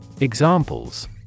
Examples